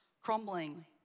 crumbling